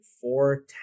four